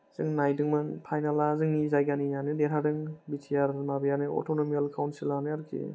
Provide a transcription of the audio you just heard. जों नायदोंमोन फाइनेला जोंनि जायगानियानो देरहादों बि टि आर नि माबायानो अट'नमियेल काउन्सिलानो आरोखि